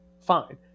fine